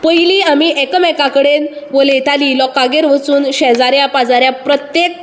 पयली आमी एकां मेकांकडेन उलयताली लोकांगेर वचून शेजाऱ्या पाजाऱ्या प्रत्येक